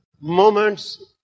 Moments